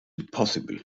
impossible